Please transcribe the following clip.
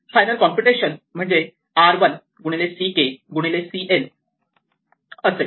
final computation म्हणजे r 1 गुणिले c k गुणिले c n असेल